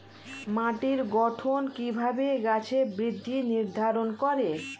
মাটির গঠন কিভাবে গাছের বৃদ্ধি নির্ধারণ করে?